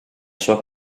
sua